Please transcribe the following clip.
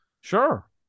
Sure